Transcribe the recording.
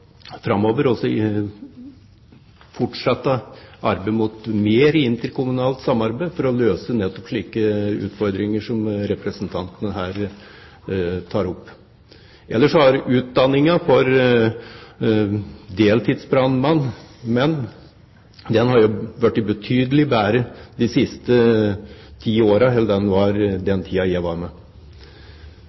mer interkommunalt samarbeid for å løse nettopp slike utfordringer som representanten her tar opp. Ellers har utdanningen for deltidsbrannmenn blitt betydelig bedre de siste ti årene enn den var i løpet av den tiden da jeg var med.